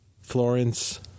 Florence